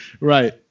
Right